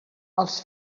els